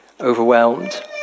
overwhelmed